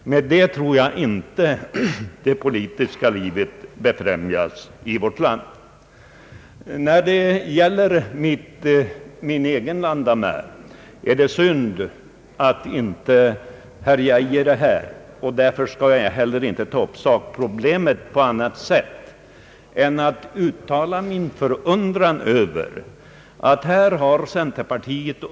Av det tror jag inte att det politiska livet i vårt land befrämjas. När det gäller mina egna landamären är det synd att herr Geijer inte är här. Därför skall jag inte heller ta upp sakproblemet på annat sätt än genom att uttala min förundran över LO:s sätt att reagera.